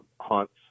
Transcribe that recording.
hunts